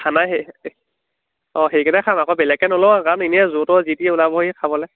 খানা সেই অঁ সেইকেটাই খাম আকৌ বেলেগকৈ নলও কাৰণ এনেই য'ৰ ত'ৰ যিটি ওলাবহি খাবলৈ